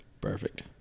perfect